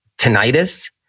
tinnitus